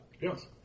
Yes